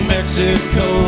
Mexico